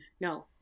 No